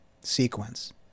sequence